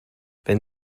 wenn